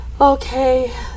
Okay